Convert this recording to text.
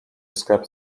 sklep